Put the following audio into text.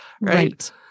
Right